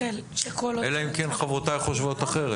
אלא אם כן חברותיי חושבות אחרת.